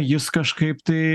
jis kažkaip tai